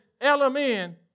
LMN